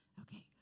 Okay